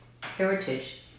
heritage